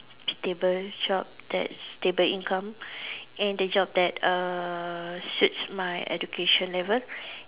stable job that stable income and the job that uh suits my education level